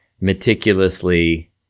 meticulously